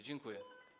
Dziękuję.